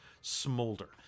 smolder